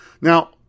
Now